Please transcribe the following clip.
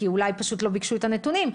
כי אולי פשוט לא ביקשו את הנתונים,